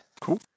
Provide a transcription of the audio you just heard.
cool